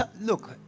look